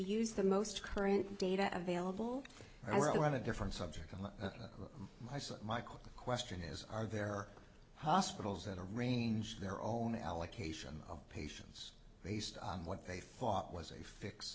use the most current data available and we're on a different subject and i see my question is are there hospitals at a range their own allocation of patients based on what they thought was a fix